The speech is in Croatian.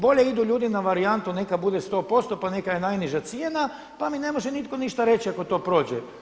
Bolje idu ljudi na varijantu neka bude 100% pa neka je najniža cijena pa mi ne može nitko ništa reći ako to prođe.